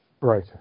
Right